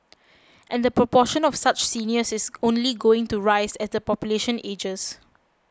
and the proportion of such seniors is only going to rise as the population ages